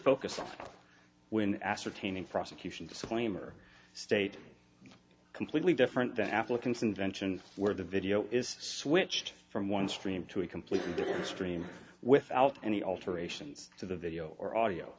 focus on when ascertaining prosecution disclaimer state completely different than applicants invention where the video is switched from one stream to a completely different stream without any alterations to the video or audio